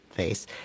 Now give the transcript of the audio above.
face